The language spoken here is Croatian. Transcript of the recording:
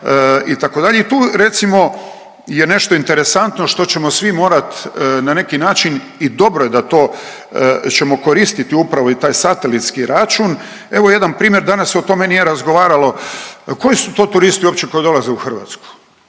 itd. i tu recimo je nešto interesantno što ćemo svi morat na neki način i dobro je da to ćemo koristiti upravo i taj satelitski račun. Evo jedan primjer, danas se o tome nije razgovaralo, koji su to turisti uopće koji dolaze u Hrvatsku?